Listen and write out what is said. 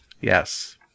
Yes